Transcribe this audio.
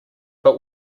but